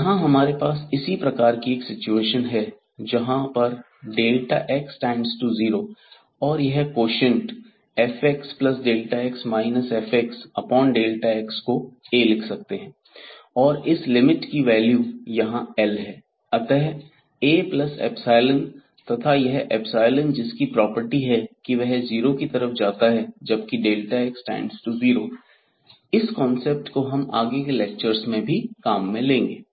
यहां हमारे पास इसी प्रकार की एक सिचुएशन है जहां पर x→0 और यह कोशिएंट fxΔx fxΔx को A लिख सकते हैं और इस लिमिट की वैल्यू यहां L है अतः Aϵ तथा यह एप्सिलोन जिस की प्रॉपर्टी है कि वह जीरो की तरफ जाता है जबकि x→0 इस कांसेप्ट को हम आगे भी लेक्चरर्स में काम में लेंगे